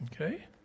Okay